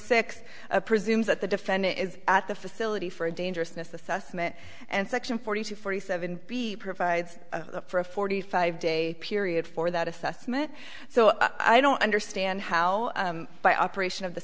six presumes that the defendant is at the facility for a dangerousness assessment and section forty two forty seven provides for a forty five day period for that assessment so i don't understand how by operation of the